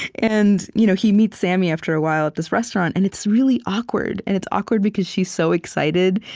and you know he meets sammy after a while, at this restaurant, and it's really awkward. and it's awkward because she's so excited,